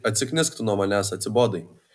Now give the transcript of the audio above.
atsiknisk tu nuo manęs atsibodai